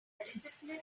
discipline